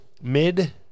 mid